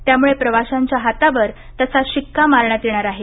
त्यामुळे प्रवाशांच्या हातावर तसा शिक्का मारण्यात येणार आहे